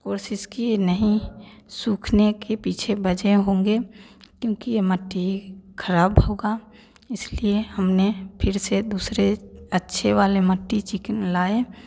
कोशिश किए नहीं सुखाने के पीछे वजह होंगे क्योंकि ये मिट्टी खराब होगा इसलिए हमने फिर से दूसरे अच्छे वाले मिट्टी चिकनी लाय